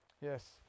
Yes